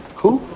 who?